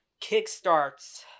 kickstarts